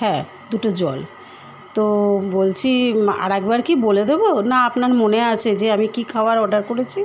হ্যাঁ দুটো জল তো বলছি আর একবার কি বলে দেব না আপনার মনে আছে যে আমি কী খাবার অর্ডার করেছি